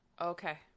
Okay